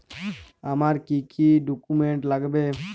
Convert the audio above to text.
আমার কি কি ডকুমেন্ট লাগবে?